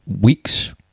weeks